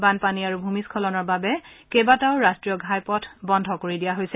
বানপানী আৰু ভ়মিশ্বলনৰ বাবে কেইবাটাও ৰাট্টীয় ঘাইপথ বন্ধ কৰি দিয়া হৈছে